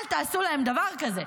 אל תעשו להם דבר כזה.